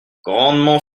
grandement